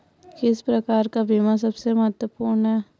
किस प्रकार का बीमा सबसे महत्वपूर्ण है?